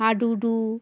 হাডুডু